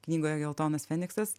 knygoje geltonas feniksas